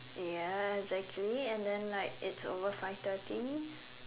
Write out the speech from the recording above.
ya exactly and then like it's over five thirty